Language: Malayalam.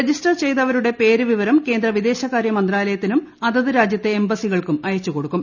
രജിസ്റ്റർ ചെയ്തവരുടെ പേര് വിവരം കേന്ദ്ര വിദേശകാര്യ മന്ത്രാലയത്തിനും അതത് രാജ്യത്തെ എമ്പസികൾക്കും അയച്ചുകൊടുക്കും